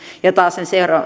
ja taas